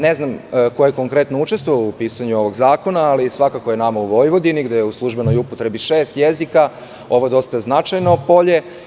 Ne znam ko je konkretno učestvovao u pisanju ovog zakona, ali svakako je nama u Vojvodini, gde je u službenoj upotrebi šest jezika, ovo dosta značajno polje.